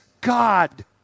God